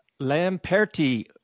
Lamperti